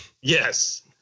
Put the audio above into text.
Yes